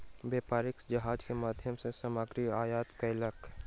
व्यापारी जहाज के माध्यम सॅ सामग्री आयात केलक